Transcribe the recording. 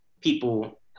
people